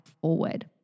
forward